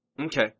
Okay